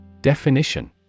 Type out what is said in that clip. Definition